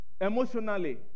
emotionally